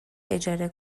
اجاره